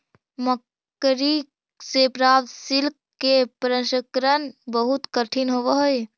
मकड़ि से प्राप्त सिल्क के प्रसंस्करण बहुत कठिन होवऽ हई